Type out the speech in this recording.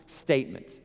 statement